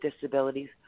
disabilities